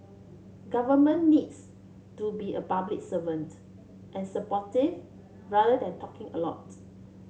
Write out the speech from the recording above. government needs to be a public servant and supportive rather than talking a lot